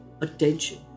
attention